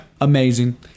amazing